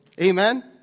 Amen